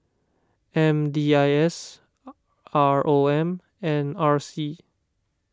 M D I S R O M and R C